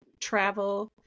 travel